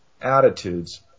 attitudes